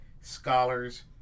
scholars